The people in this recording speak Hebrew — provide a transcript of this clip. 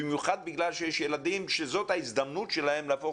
במיוחד בגלל שיש ילדים שזו ההזדמנות שלהם להפוך